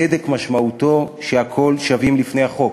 צדק משמעותו שהכול שווים לפני החוק,